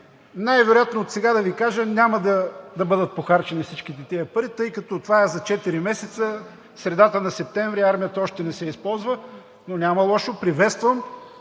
Най-вероятно, отсега да Ви кажа, няма да бъдат похарчени всичките тези пари, тъй като това е за четири месеца, в средата на септември армията още не се използва, но няма лошо, приветствам.